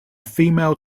female